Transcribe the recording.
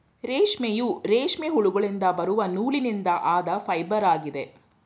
ರೇಷ್ಮೆಯು, ರೇಷ್ಮೆ ಹುಳುಗಳಿಂದ ಬರುವ ನೂಲಿನಿಂದ ಆದ ಫೈಬರ್ ಆಗಿದೆ